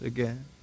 Again